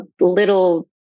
little